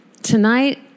Tonight